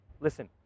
Listen